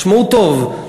תשמעו טוב,